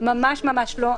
ממש ממש לא.